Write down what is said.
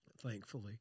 thankfully